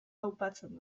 aupatzen